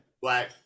black